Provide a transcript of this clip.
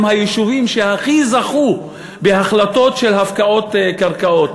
הם היישובים שזכו הכי הרבה בהחלטות של הפקעות קרקעות.